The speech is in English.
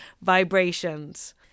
vibrations